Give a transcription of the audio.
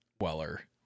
Weller